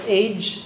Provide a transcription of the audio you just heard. age